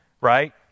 Right